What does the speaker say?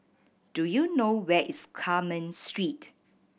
do you know where is Carmen Street